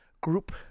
group